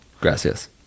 gracias